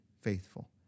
faithful